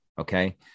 okay